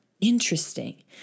interesting